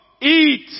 Eat